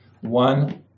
one